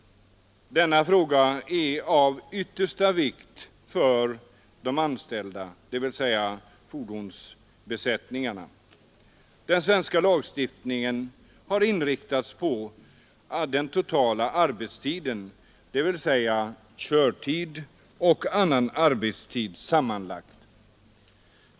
Denna fråga är av yttersta vikt för fordonsbesättningarna. Den svenska lagstiftningen har inriktats på den totala arbetstiden, dvs. körtid och annan arbetstid sammanlagt.